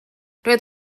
roedd